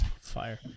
Fire